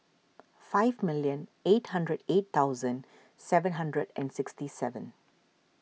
five million eight hundred eight thousand seven hundred and sixty seven